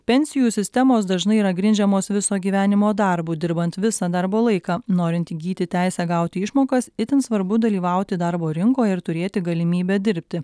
pensijų sistemos dažnai yra grindžiamos viso gyvenimo darbu dirbant visą darbo laiką norint įgyti teisę gauti išmokas itin svarbu dalyvauti darbo rinkoje ir turėti galimybę dirbti